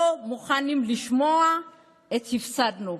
לא מוכנים לשמוע "הפסדנו".